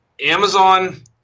Amazon